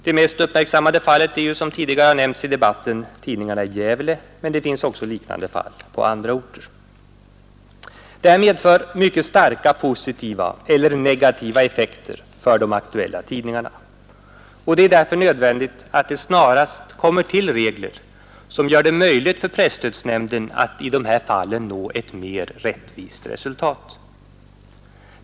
Det mest uppmärksammade fallet är som tidigare nämnts i debatten tidningarna i Gävle, men det finns också liknande fall på andra orter. Detta medför mycket starka positiva eller negativa effekter för de aktuella tidningarna, och det är därför nödvändigt att det snarast kommer till regler, som gör det möjligt för presstödsnämnden att i de här fallen nå ett mer rättvist resultat.